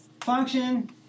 function